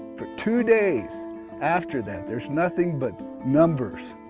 but two days after that there is nothing but numbers,